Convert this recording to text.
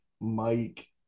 Mike